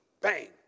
bang